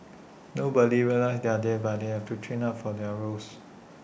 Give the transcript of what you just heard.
nobody realises they're there but they have to train hard for their roles